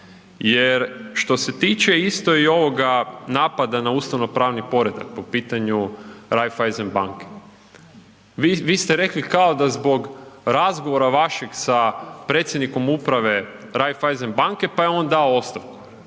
jer što se tiče isto i ovoga napada na ustavnopravni poredak po pitanju Raiffeisen banke. Vi ste rekli kao da zbog razgovora vašeg sa predsjednikom Uprave Raiffeisen banke pa je on dao ostavku.